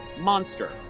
monster